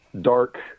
dark